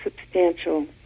substantial